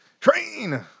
Train